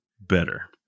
better